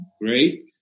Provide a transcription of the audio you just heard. Great